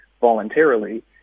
voluntarily